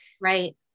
Right